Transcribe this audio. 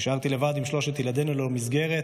נשארתי לבד עם שלושת ילדינו ללא מסגרת,